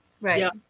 Right